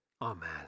amen